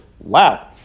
Wow